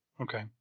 Okay